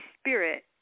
Spirit